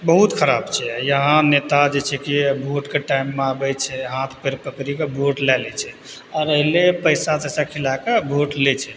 बहुत खराब छै यहाँ नेता जे छै कि भोटके टाइममे अबै छै हाथ पैर पकड़िके भोट लै ले छै आओर अयलै पैसा तैसा खिलाके भोट लै छै